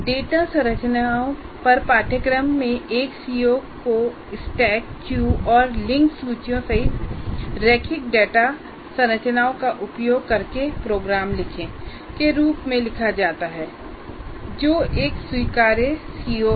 data संरचनाओं पर पाठ्यक्रम में एक सीओ को स्टैक क्यू और लिंक्ड सूचियों सहित रैखिक डेटा संरचनाओं का उपयोग करके प्रोग्राम लिखें के रूप में लिखा जाता है जो एक स्वीकार्य सीओ है